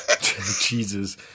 Jesus